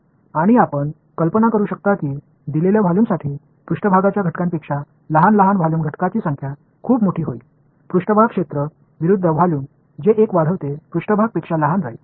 आणि आपण कल्पना करू शकता की दिलेल्या व्हॉल्यूमसाठी पृष्ठभागाच्या घटकांपेक्षा लहान लहान व्हॉल्यूम घटकांची संख्या खूप मोठी होईल पृष्ठभाग क्षेत्र विरुद्ध व्हॉल्यूम जे एक वाढवते पृष्ठभाग पेक्षा लहान राहील